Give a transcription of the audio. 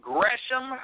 Gresham